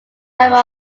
member